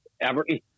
Everton